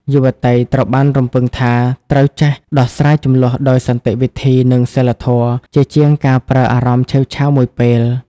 យុវតីត្រូវបានរំពឹងថា ត្រូវចេះ "ដោះស្រាយជម្លោះដោយសន្តិវិធី និងសីលធម៌" ជាជាងការប្រើអារម្មណ៍ឆេវឆាវមួយពេល។